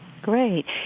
Great